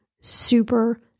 super